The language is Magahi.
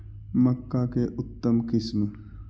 मक्का के उतम किस्म?